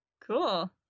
Cool